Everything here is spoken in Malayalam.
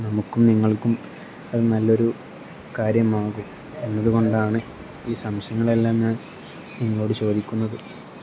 നമുക്കും നിങ്ങൾക്കും അത് നല്ലൊരു കാര്യമാകും എന്നതു കൊണ്ടാണ് ഈ സംശയങ്ങളെല്ലാം ഞാൻ നിങ്ങളോട് ചോദിക്കുന്നത്